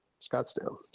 Scottsdale